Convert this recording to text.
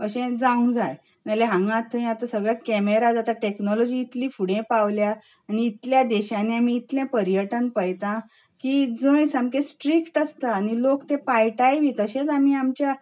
अशें जावंक जाय नाजाल्यार हांगा थंय आतां सगळ्याक कॅमेरा जाता टॅक्नॉलोजी इतली फुडें पावल्या आनी इतल्या देशांनी आमी इतलें पर्यटन पळयतात की जंय सामकें स्ट्रिक्ट आसता आनी लोक ते पाळटाय बी तशेंच आमी आमच्या